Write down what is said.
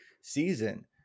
season